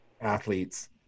athletes